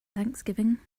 thanksgiving